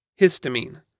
Histamine